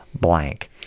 blank